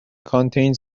contained